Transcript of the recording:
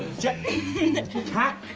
jacktain cap,